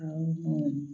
ଆଉ